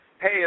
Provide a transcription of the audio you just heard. Hey